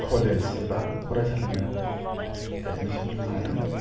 college एबा फरायसालिमायाव admission लायो